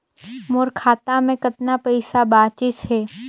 मोर खाता मे कतना पइसा बाचिस हे?